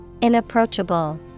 Inapproachable